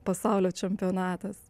pasaulio čempionatas